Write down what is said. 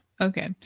Okay